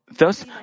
Thus